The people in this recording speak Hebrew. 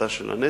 להפחתה של הנטל,